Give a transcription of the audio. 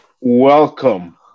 welcome